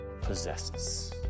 possesses